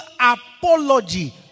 apology